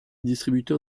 distributeur